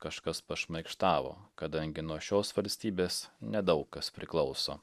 kažkas pašmaikštavo kadangi nuo šios valstybės nedaug kas priklauso